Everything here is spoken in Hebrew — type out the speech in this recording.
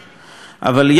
אבל יחד עם זה,